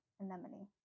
Anemone